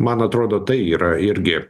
man atrodo tai yra irgi